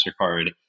MasterCard